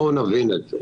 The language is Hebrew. בואו נבין את זה.